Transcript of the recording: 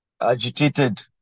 agitated